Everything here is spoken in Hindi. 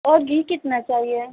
और घी कितना चाहिए